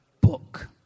book